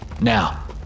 Now